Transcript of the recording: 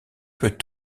peut